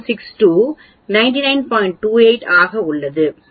28 ஆக உள்ளது எனவே 99